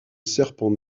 serpent